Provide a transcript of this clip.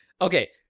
okay